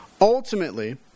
Ultimately